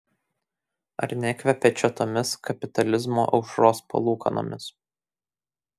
ar nekvepia čia tomis kapitalizmo aušros palūkanomis